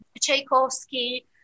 Tchaikovsky